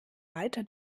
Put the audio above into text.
weiter